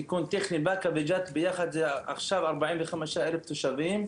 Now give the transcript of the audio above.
תיקון טכני: בבאקה וג'ת יחד יש 45,000 תושבים,